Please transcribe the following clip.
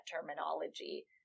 terminology